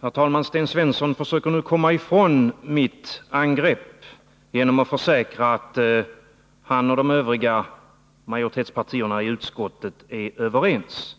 Herr talman! Sten Svensson försöker nu komma ifrån mitt angrepp genom att försäkra att han och de övriga majoritetspartierna i utskottet är överens.